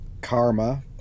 Karma